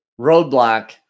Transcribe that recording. roadblock